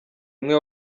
umwe